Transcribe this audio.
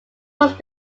was